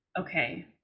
okay